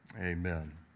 Amen